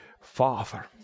Father